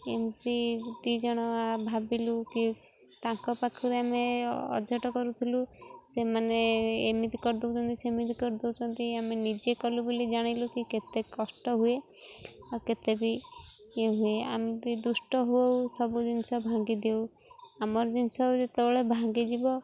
ଏମିତି ଦୁଇ ଜଣ ଭାବିଲୁ କି ତାଙ୍କ ପାଖରେ ଆମେ ଅଝଟ କରୁଥିଲୁ ସେମାନେ ଏମିତି କରିଦେଉଛନ୍ତି ସେମିତି କରିଦେଉଛନ୍ତି ଆମେ ନିଜେ କଲୁ ବୋଲି ଜାଣିଲୁ କି କେତେ କଷ୍ଟ ହୁଏ ଆଉ କେତେ ବି ଇଏ ହୁଏ ଆମେ ବି ଦୁଷ୍ଟ ହଉ ସବୁ ଜିନିଷ ଭାଙ୍ଗିଦିଉ ଆମର ଜିନିଷ ଯେତେବେଳେ ଭାଙ୍ଗିଯିବ